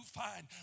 find